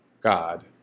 God